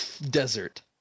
desert